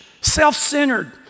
self-centered